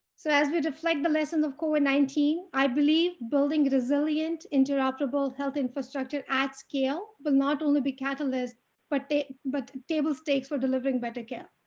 so as we reflect the lesson of code nineteen i believe building resilient interoperable health infrastructure at scale, but not only be catalyst but but table stakes for delivering better care.